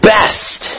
best